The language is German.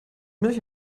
milch